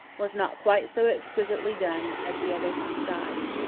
was not quite so exquisitely done as the other three sides.